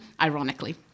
ironically